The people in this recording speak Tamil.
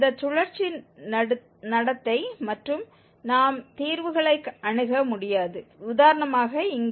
இந்த சுழற்சி நடத்தை மற்றும் நாம் தீர்வுகளை அணுக முடியாது உதாரணமாக இங்கே